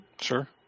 sure